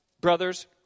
brothers